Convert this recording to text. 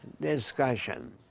Discussion